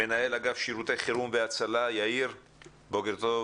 מנהל אגף שירותי חירום והצלה, בוקר טוב.